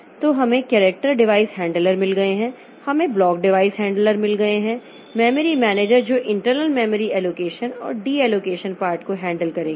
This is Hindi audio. तो हमें कैरेक्टर डिवाइस हैंडलर मिल गए हैं हमें ब्लॉक डिवाइस हैंडलर मिल गए हैं मेमोरी मैनेजर जो इंटरनल मेमोरी एलोकेशन और डी एलोकेशन पार्ट को हैंडल करेंगे